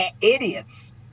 idiots